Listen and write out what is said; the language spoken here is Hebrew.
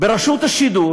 ברשות השידור